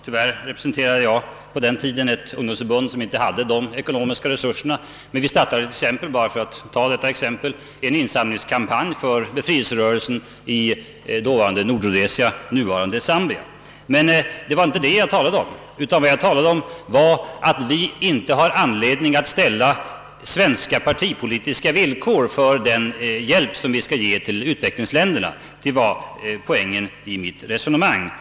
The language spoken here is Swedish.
Tyvärr representerade jag på den tiden ett ungdomförbund som inte hade samma ekonomiska resurser som SSU. Men vi startade — för att ta endast ett exempel — en insamlingskampanj för befrielserörelsen i dåvarande Nordrhodesia, nuvarande Zambia. — Det var emellertid inte detta jag talade om, utan jag talade om att vi inte har anledning att ställa svenska partipolitiska villkor för den hjälp som vi skall ge till utvecklingsländerna. Detta var poängen i mitt resonemang.